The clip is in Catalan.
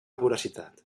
voracitat